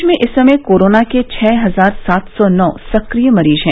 प्रदेश में इस समय कोरोना के छह हजार सात सौ नौ सक्रिय मरीज हैं